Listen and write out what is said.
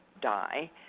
die